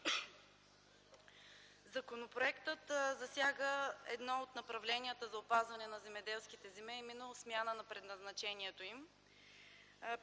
Законопроектът засяга едно от направленията за опазване на земеделските земи – смяна на предназначението им.